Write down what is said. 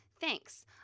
Thanks